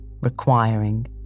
requiring